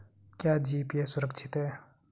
क्या जी.पी.ए सुरक्षित है?